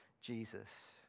Jesus